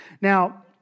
Now